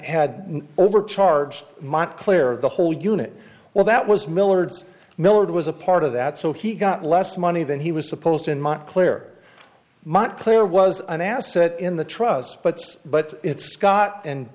had overcharged might clear the whole unit well that was millard's millard was a part of that so he got less money than he was supposed to in montclair montclair was an asset in the trust but so but it's scott and